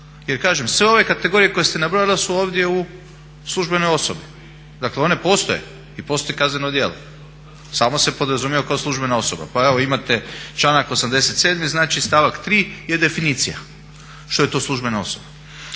Jer kažem sve ove kategorije koje ste ovdje nabrojali su ovdje u službenoj osobi. Dakle one postoje i postoji kazneno djelo. Samo se podrazumijeva kao službena osoba. Pa evo imate članak 87. znači stavak 3. je definicija što je to službena osoba.